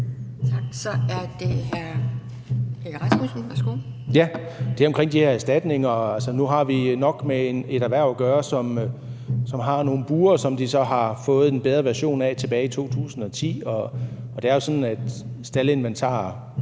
Rasmussen (EL): Det er omkring de her erstatninger. Nu har vi nok med et erhverv at gøre, som har nogle bure, som de så har fået en bedre version af tilbage i 2010. Og det er jo sådan, at staldinventar